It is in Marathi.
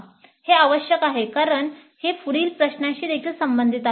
हे आवश्यक आहे कारण हे पुढील प्रश्नाशी देखील संबंधित आहे